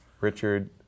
Richard